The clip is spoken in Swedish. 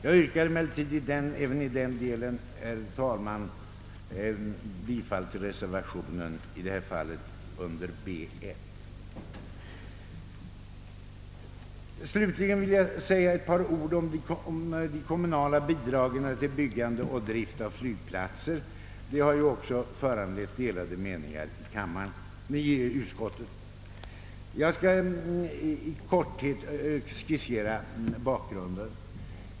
Jag yrkar emellertid även i den delen, herr talman, bifall till reservationen, i detta fall under b1. Slutligen vill jag säga ett par ord om de kommunala bidragen till byggande och drift av flygplatser. Den frågan har ju också föranlett delade meningar i utskottet. Jag skall i korthet skissera bakgrunden.